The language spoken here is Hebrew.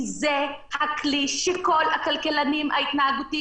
כי זה הכלי שכל הכלכלנים ההתנהגותיים